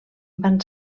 van